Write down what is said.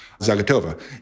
Zagatova